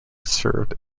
served